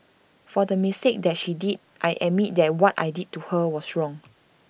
for the mistake that she did I admit that what I did to her was wrong